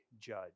judge